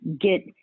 get